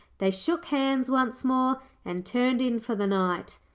they shook hands once more and turned in for the night.